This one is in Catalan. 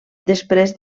després